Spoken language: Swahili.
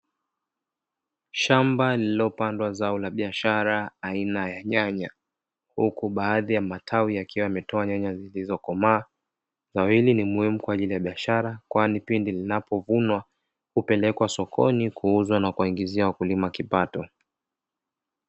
Shamba lililopandwa zao la biashara aina ya nyanya huku baadhi ya matawi yakiwa yametoa nyanya zilizokomaa, zao hili ni muhimu kwaajili ya biashara kwani pindi linapovunwa upelekwa sokoni kuuzwa na kuwaingizia wakulima kipato.